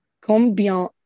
Combien